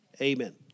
amen